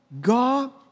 God